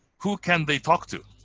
who can they talk to?